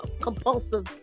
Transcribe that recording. compulsive